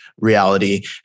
reality